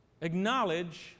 Acknowledge